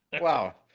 Wow